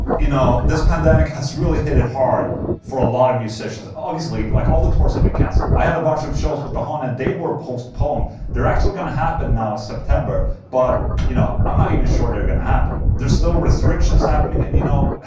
you know, this pandemic has really hit it hard for a lot of musicians obviously like all the tours have been cancelled, i had a bunch of shows with the haunted, they were postponed they're actually gonna happen now in september but you know, i'm not even sure they're gonna happen. there's still restrictions happening and you know.